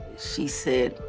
she said,